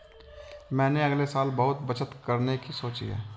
मैंने अगले साल बहुत बचत करने की सोची है